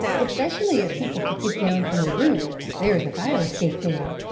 especially as people could get down from the roof there is a fire escape there.